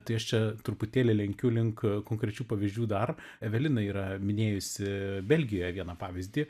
tai aš čia truputėlį lenkiu link konkrečių pavyzdžių dar evelina yra minėjusi belgijoj vieną pavyzdį